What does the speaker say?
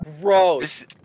gross